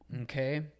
okay